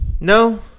No